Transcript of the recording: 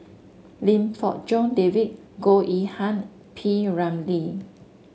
Lim Fong Jock David Goh Yihan P Ramlee